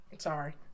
Sorry